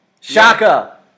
Shaka